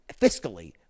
fiscally